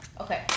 Okay